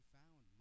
found